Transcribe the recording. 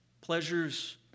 pleasures